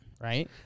right